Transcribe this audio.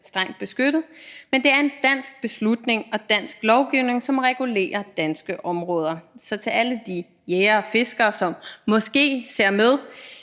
strengt beskyttet, men det er en dansk beslutning og dansk lovgivning, som regulerer danske områder. Så til alle de jægere og fiskere, som måske ser med